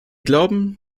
glauben